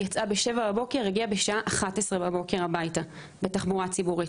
יצאה ב-07:00 בבוקר הגיעה בשעה 11:00 בבוקר הביתה בתחבורה ציבורית.